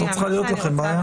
לא צריכה להיות לכם בעיה.